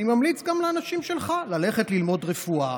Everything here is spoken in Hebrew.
אני ממליץ גם לאנשים שלך ללכת ללמוד רפואה,